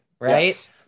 right